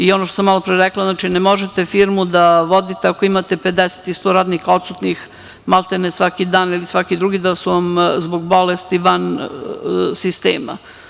I ono što sam malo pre rekla, ne možete firmu da vodite, ako imate 50 ili 100 radnika odsutnih, maltene svaki dan ili svaki drugi dan da su vam zbog bolesti van sistema.